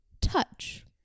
Touch